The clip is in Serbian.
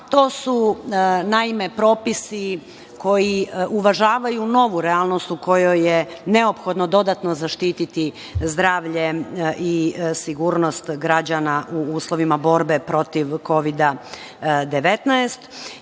To su naime propisi koji uvažavaju novu realnost u kojoj je neophodno dodatno zaštiti zdravlje i sigurnost građana u uslovima borbe protiv Kovida